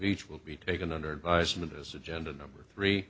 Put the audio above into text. reach will be taken under advisement us agenda number three